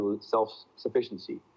self-sufficiency